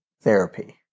therapy